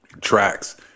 tracks